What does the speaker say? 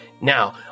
Now